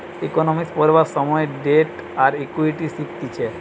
economics পড়বার সময় debt আর ইকুইটি শিখতিছে